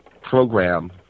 program